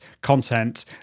content